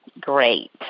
Great